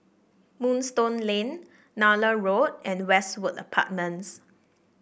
Moonstone Lane Nallur Road and Westwood Apartments